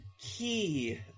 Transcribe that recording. key